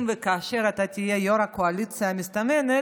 אם וכאשר אתה תהיה יו"ר הקואליציה המסתמנת,